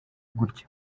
gutya